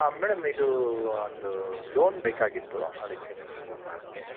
ಆಂ madam ಇದು ಒಂದು loan ಬೇಕಾಗಿತ್ತು ಅದಕ್ಕೆ ನಿಮಗೆ ಫೋನ್ ಮಾಡ್ದೆ